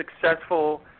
successful –